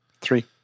Three